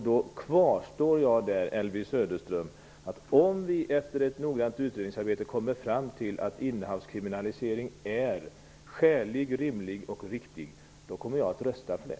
Då kvarstår jag vid, Elvy Söderström, att om vi efter ett noggrant utredningsarbete kommer fram till att det är skäligt, rimligt och riktigt att kriminalisera innehav, då kommer jag att rösta för det.